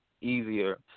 easier